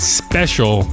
special